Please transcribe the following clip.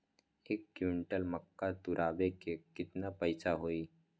एक क्विंटल मक्का तुरावे के केतना पैसा होई?